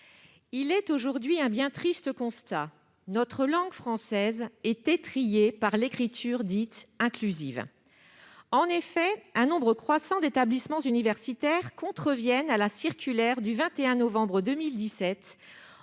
Il est aujourd'hui un bien triste constat : notre langue française est étrillée par l'écriture dite inclusive. En effet, un nombre croissant d'établissements universitaires contreviennent à la circulaire du 21 novembre 2017,